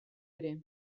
ere